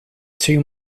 two